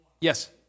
Yes